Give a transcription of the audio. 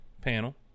panel